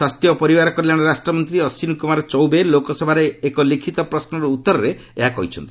ସ୍ୱାସ୍ଥ୍ୟ ଓ ପରିବାର କଲ୍ୟାଣ ରାଷ୍ଟ୍ରମନ୍ତ୍ରୀ ଅଶ୍ୱିନୀ କୁମାର ଚୌବେ ଲୋକସଭାରେ ଏକ ଲିଖିତ ପ୍ରଶ୍ୱର ଉତ୍ତରରେ ଏହା କହିଛନ୍ତି